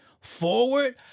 forward